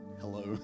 Hello